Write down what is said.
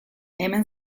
hemen